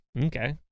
okay